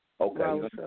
Okay